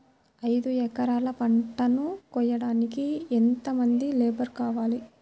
ఐదు ఎకరాల పంటను కోయడానికి యెంత మంది లేబరు కావాలి?